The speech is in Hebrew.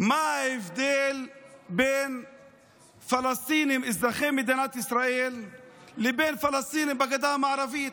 מה ההבדל בין פלסטינים אזרחי מדינת ישראל לבין פלסטינים בגדה המערבית,